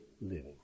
living